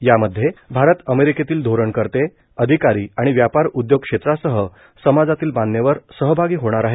यामध्ये भारत अमेरिकेतील धोरणकर्ते अधिकारी आणि व्यापार उद्योग क्षेत्रासह समाजातील मान्यवर सहभागी होणार आहेत